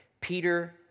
Peter